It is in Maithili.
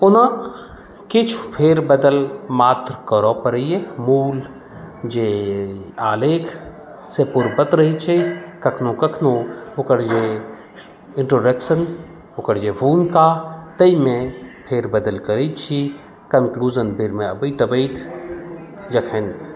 ओना किछु फेर बदल मात्र करऽ पड़ैए मूल जे आलेख से पूर्ववत रहै छै कखनो कखनो ओकर जे ओकर जे इन्ट्रोडक्शन ओकर जे भूमिका ताहिमे फेर बदल करै छी कन्क्लूजनमे अबैत अबैत जखन